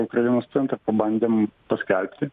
ukrainos centre pabandėm paskelbti